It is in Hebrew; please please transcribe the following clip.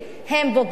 הם בוגדים,